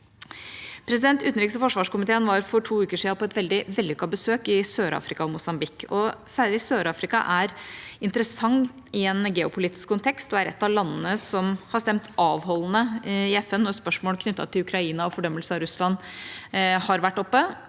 profeti. Utenriks- og forsvarskomiteen var for to uker siden på et veldig vellykket besøk i Sør-Afrika og Mosambik. Særlig Sør-Afrika er interessant i en geopolitisk kontekst og er et av landene som har stemt avholdende i FN når spørsmål knyttet til Ukraina og fordømmelse av Russland har vært oppe.